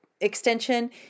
extension